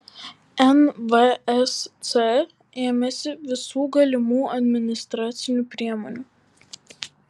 nvsc ėmėsi visų galimų administracinių priemonių